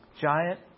Giant